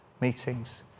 meetings